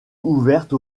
ouverte